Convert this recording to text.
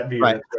right